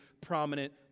prominent